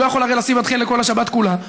לא יכול הרי לשים מדחן לכל השבת כולה.